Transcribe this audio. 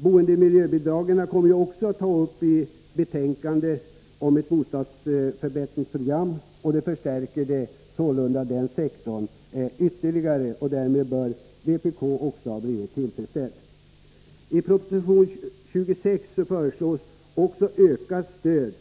Boendemiljöbidragen kommer vi också att ta upp i betänkandet om ett bostadsförbättringsprogram, och det förstärker sålunda den sektorn ytterligare. Därmed bör också vpk bli tillfredsställt. I proposition 26 föreslås också ökat stöd